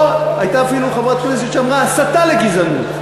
או הייתה אפילו חברת כנסת שאמרה: הסתה לגזענות.